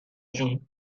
جون